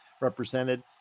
represented